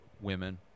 women